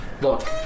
Look